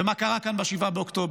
ומה קרה כאן ב-7 באוקטובר.